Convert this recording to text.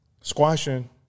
Squashing